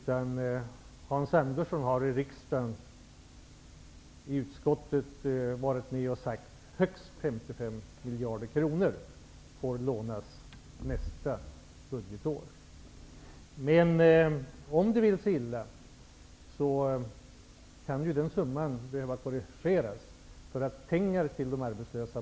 Hans Andersson har som ledamot i riksdagens utskott sagt att högst 55 miljarder kronor får lånas nästa budgetår. Men om det vill sig illa kan den summan behöva korrigeras. Pengar måste gå ut till de arbetslösa.